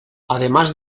además